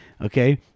okay